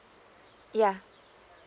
yeah